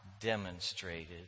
demonstrated